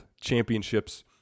championships